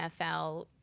NFL